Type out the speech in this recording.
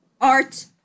art